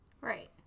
right